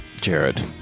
Jared